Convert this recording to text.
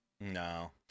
No